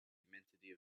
immensity